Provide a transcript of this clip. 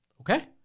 Okay